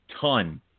ton